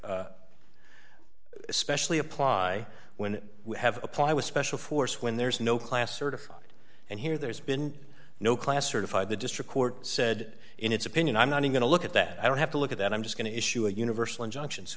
especially apply when we have apply with special force when there's no class certified and here there's been no class certified the district court said in its opinion i'm not going to look at that i don't have to look at that i'm just going to issue a universal injunction so